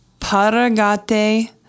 Paragate